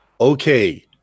okay